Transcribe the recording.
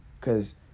Cause